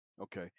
Okay